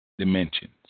dimensions